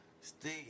stay